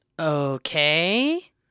Okay